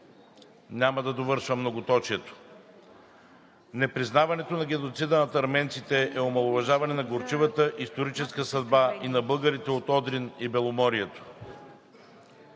няма да довършвам многоточието. Непризнаването на геноцида над арменците е омаловажаване на горчивата историческа съдба и на българите от Одрин и Беломорието.